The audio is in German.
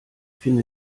finde